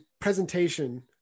presentation